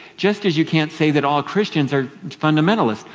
just as you can't say that all christians are fundamentalists.